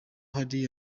hari